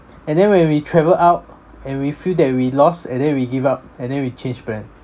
and then when we travel out and we feel that we lost and then we give up and then we change plan